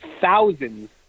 thousands